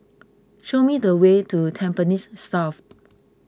show me the way to Tampines South